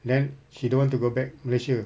then she don't want to go back malaysia